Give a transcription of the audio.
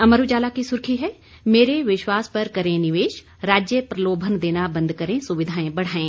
अमर उजाला की सुर्खी है मेरे विश्वास पर करें निवेश राज्य प्रलोभन देना बंद करें सुविधाएं बढ़ाएं